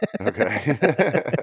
Okay